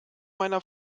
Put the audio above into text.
meiner